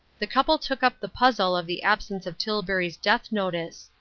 the couple took up the puzzle of the absence of tilbury's death-notice.